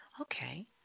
Okay